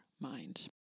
mind